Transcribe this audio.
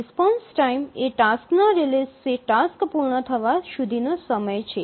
response time એ ટાસ્કના રીલિઝથી ટાસ્ક પૂર્ણ થવા સુધીનો સમય છે